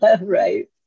Right